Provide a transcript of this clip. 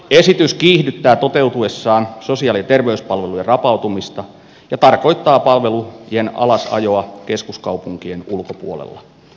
esitys kiihdyttää toteutuessaan sosiaali ja terveyspalvelujen rapautumista ja tarkoittaa palvelujen alasajoa keskuskaupunkien ulkopuolella